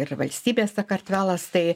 ir valstybė sakartvelas tai